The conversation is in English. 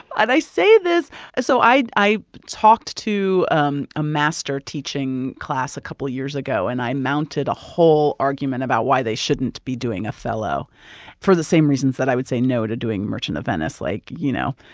i say this so i i talked to um a master teaching class a couple of years ago, and i mounted a whole argument about why they shouldn't be doing othello for the same reasons that i would say no to doing merchant of venice. like, you know,